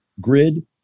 grid